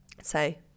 say